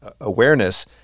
awareness